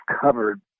covered